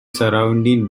surrounding